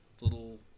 little